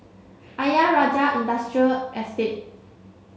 Ayer Rajah Industrial Estate